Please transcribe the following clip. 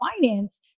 finance